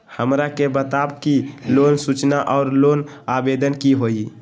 हमरा के बताव कि लोन सूचना और लोन आवेदन की होई?